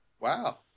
Wow